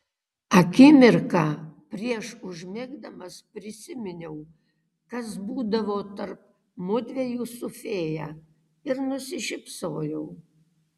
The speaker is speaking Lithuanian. akimirką prieš užmigdamas prisiminiau kas būdavo tarp mudviejų su fėja ir nusišypsojau